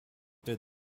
did